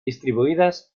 distribuidas